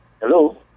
Hello